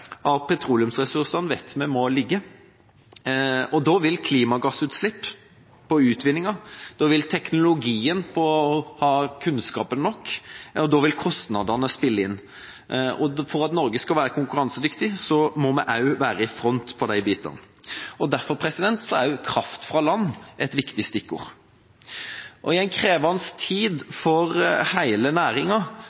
av petroleumsressursene vet vi må ligge, og da vil klimagassutslipp av utvinninga, teknologi, kunnskap og kostnader spille inn. For at Norge skal være konkurransedyktig, må vi også være i front når det gjelder dette. Derfor er kraft fra land et viktig stikkord. I en krevende tid for hele næringa